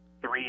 three